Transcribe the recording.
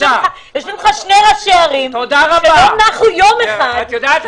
ישובים לך שני ראשי ערים שלא נחו יום אחד -- תודה רבה.